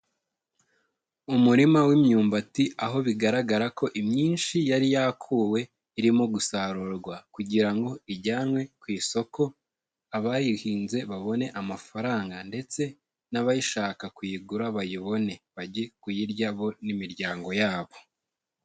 Umurima w'imyumbati aho bigaragara ko imyinshi yari yakuwe irimo gusarurwa. Kugira ngo ijyanwe ku isoko abayihinze babone amafaranga. Ndetse n'abayishaka kuyigura bayibone. Bajye kuyirya bo n'imiryango yabo.